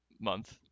month